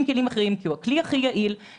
כלים אחרים כי הוא ממילא הכלי הכי יעיל.